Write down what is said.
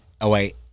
away